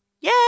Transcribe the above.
Yay